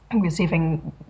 receiving